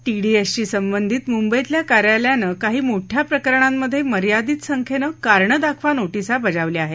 टीडीएसशी संबंधित मुंबईतल्या कार्यालयानं काही मोठया प्रकरणांमधे मर्यादित संख्येनं कारणं दाखवा नोटीसा बजावल्या आहेत